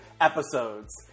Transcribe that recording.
episodes